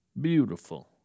Beautiful